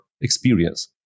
experience